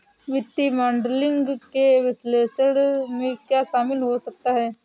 वित्तीय मॉडलिंग के विश्लेषण में क्या शामिल हो सकता है?